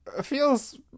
feels